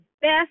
best